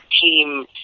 team